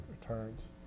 returns